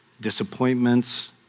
disappointments